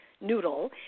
noodle